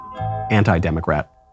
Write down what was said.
anti-democrat